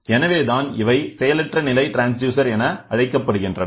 எனவே தான் இவை செயலற்றநிலை ட்ரான்ஸ்டியூசர் என அழைக்கப்படுகின்றன